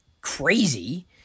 crazy